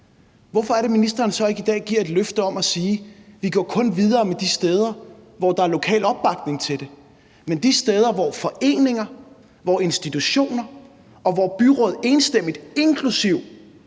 hvorfor giver ministeren så ikke i dag et løfte og siger, at vi går kun videre med de steder, hvor der er lokal opbakning til det, men de steder, hvor foreninger, hvor institutioner og hvor byråd enstemmigt, inklusive